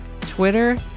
Twitter